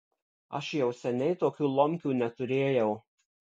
aš jau seniai tokių lomkių neturėjau